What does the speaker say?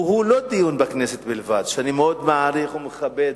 והוא לא דיון בכנסת בלבד, שאני מאוד מעריך ומכבד.